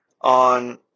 on